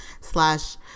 slash